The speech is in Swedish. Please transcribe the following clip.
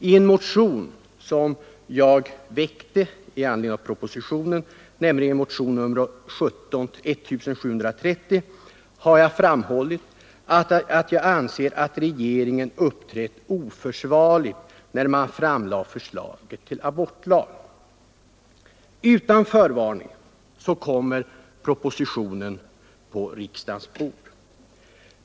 I en motion som jag väckte i anledning av propositionen, motionen 1730, har jag framhållit att jag anser att regeringen uppträdde oförsvarligt när den framlade förslaget till abortlag. Utan förvarning kommer propositionen på riksdagens bord.